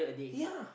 ya